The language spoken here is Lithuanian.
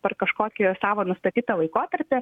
per kažkokį savo nustatytą laikotarpį